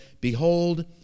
Behold